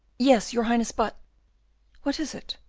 yes, your highness, but what is it?